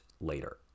later